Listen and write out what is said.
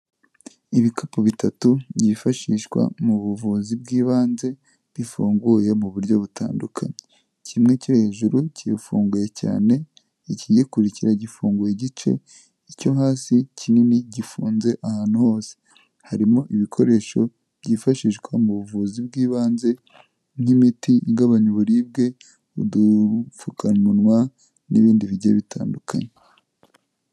Ibikapu bitatu byifashishwa mu buvuzi bw'ibanze bifunguye mu buryo butandukanye kimwe cyo hejuru kirafunguye cyane, ikigikurikira gifunguye igice, icyo hasi kinini gifunze ahantu hose; harimo ibikoresho byifashishwa mu buvuzi bw'ibanze nk'imiti igabanya uburibwe n'udupfukamunwa n'ibindi bigiye bitandukanye.